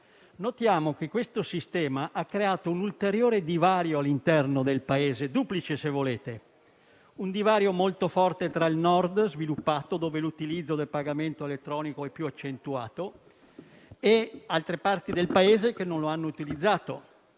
notiamo che questo sistema ha creato un ulteriore divario all'interno del Paese. È duplice, se volete: c'è un divario molto forte tra il Nord sviluppato, dove l'utilizzo del pagamento elettronico è più accentuato, ed altre parti del Paese che non lo hanno utilizzato;